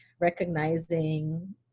recognizing